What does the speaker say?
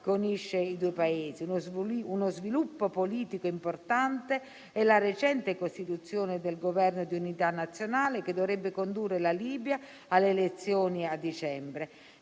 che unisce i due Paesi. Uno sviluppo politico importante è la recente costituzione del Governo di unità nazionale, che dovrebbe condurre la Libia alle elezioni a dicembre.